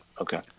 Okay